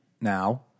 now